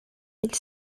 mille